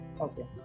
Okay